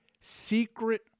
secret